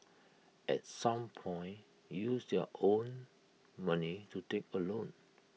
at some point use their own money to take A loan